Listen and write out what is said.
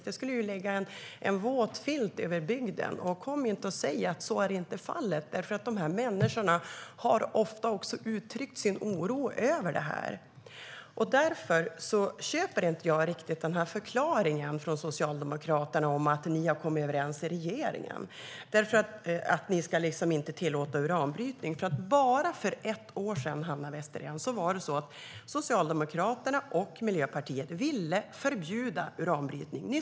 Det skulle lägga en våt filt över bygden. Jag köper inte Socialdemokraternas förklaring att man i regeringen har kommit överens om att inte tillåta uranbrytning. Bara för ett år sedan, Hanna Westerén, ville Socialdemokraterna och Miljöpartiet förbjuda uranbrytning.